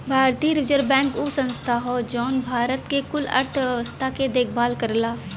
भारतीय reserve bank उ संस्था हौ जौन भारत के कुल अर्थव्यवस्था के देखभाल करला